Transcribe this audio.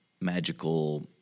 magical